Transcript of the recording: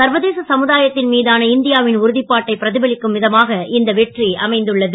சர்வதேச சமுதாயத்தின் மீதான இந்தியாவின் உறுதிபாட்டை பிரதிபலிக்கும் விதமாக இந்த வெற்றி அமைந்துள்ளது